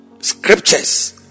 scriptures